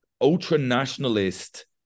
ultra-nationalist